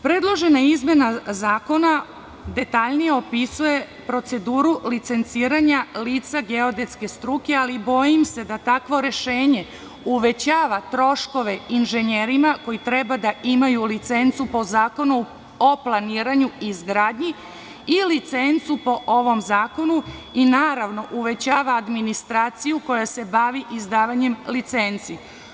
Predložena izmena zakona detaljnije opisuje proceduru licenciranja lica geodetske struke, ali bojim se da takvo rešenje uvećava troškove inženjerima koji treba da imaju licencu po Zakonu o planiranju i izgradnji i licencu po ovom zakonu i, naravno, uvećava administraciju koja se bavi izdavanjem licenci.